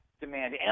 demand